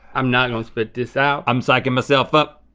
i'm not gonna spit this out. i'm psyching myself up.